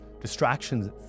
distractions